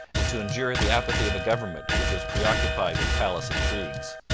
and to endure the apathy of a government which was preoccupied with palace intrigues.